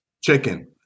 chicken